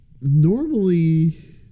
normally